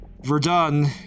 Verdun